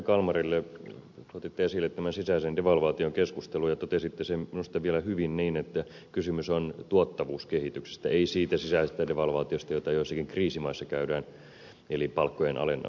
kalmarille kun otitte esille tämän sisäisen devalvaatiokeskustelun ja totesitte sen minusta vielä hyvin niin että kysymys on tuottavuuskehityksestä ei siitä sisäisestä devalvaatiosta jota joissakin kriisimaissa käytetään eli palkkojen alentamisesta